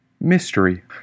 Mystery